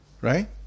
Right